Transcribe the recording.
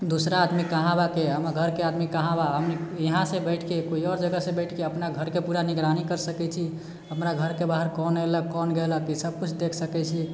दूसरा आदमी कहाँ बाके हमनि घरके आदमी कहाँ बा हमनि यहाँसँ बैठके कोइ आओर जगहसँ बैठके अपना घरके पूरा निगरानी कर सकैत छी हमरा घरके बाहर कोन ऐलक कोन गेलक ई सभ किछु देख सकैत छी